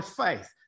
faith